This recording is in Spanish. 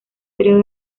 período